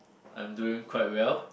I'm doing quite well